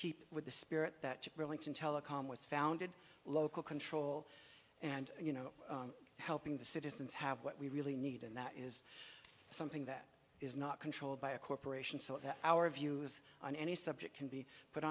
keep with the spirit that really it's in telecom was founded local control and you know helping the citizens have what we really need and that is something that is not controlled by a corporation so our view is on any subject can be put